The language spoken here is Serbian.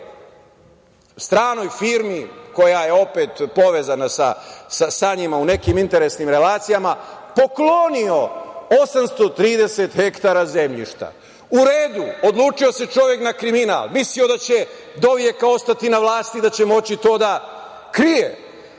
i nekoj stranoj firmi koja je opet povezana sa njima u nekim interesnim relacijama, poklonio 830 hektara zemljišta. U redu, odlučio se čovek na kriminal, mislio da će doveka ostati na vlasti, da će moći to da krije,